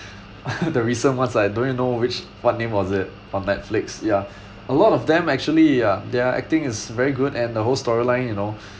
the recent ones I don't even know which what name was it on netflix ya a lot of them actually uh their acting is very good and the whole story line you know